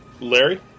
Larry